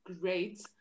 great